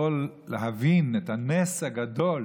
יכול להבין את הנס הגדול